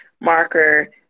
marker